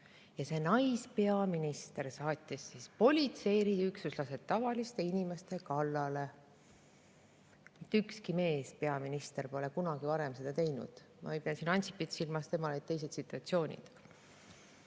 See naispeaminister saatis politsei eriüksuslased tavaliste inimeste kallale. Ükski meespeaminister pole kunagi seda teinud. Ma ei pea siin silmas Ansipit, tema ajal olid teised situatsioonid.